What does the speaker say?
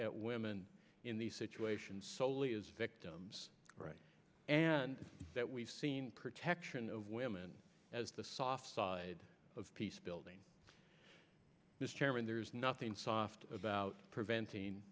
at women in the situation solely is victims and that we've seen protection of women as the soft side of peace building mr chairman there's nothing soft about preventing